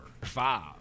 five